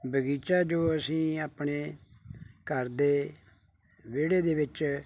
ਬਗੀਚਾ ਜੋ ਅਸੀਂ ਆਪਣੇ ਘਰ ਦੇ ਵਿਹੜੇ ਦੇ ਵਿੱਚ